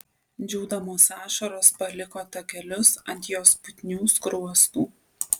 džiūdamos ašaros paliko takelius ant jos putnių skruostų